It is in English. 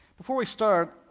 before we start,